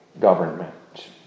government